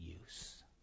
use